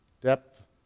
depth